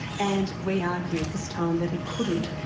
and we argued this time, that it couldn't,